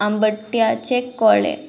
आंबट्याचे कोळे